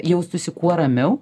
jaustųsi kuo ramiau